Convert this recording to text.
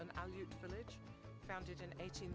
in eighteen